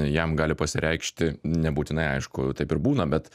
jam gali pasireikšti nebūtinai aišku taip ir būna bet